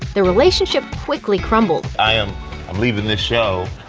their relationship quickly crumbled. i am leaving this show.